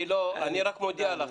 אני רק מודיע לך,